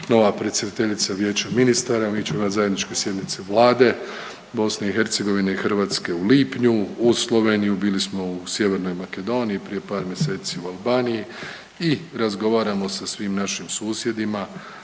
nova predsjedateljica Vijeća ministara, mi ćemo imat zajedničke sjednice Vlade BiH i Hrvatske u lipnju, uz Sloveniju bili smo u Sjevernoj Makedoniji, prije par mjeseci u Albaniji i razgovaramo sa svim našim susjedima